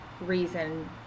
reason